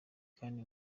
kandi